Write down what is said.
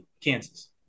Kansas